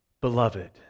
Beloved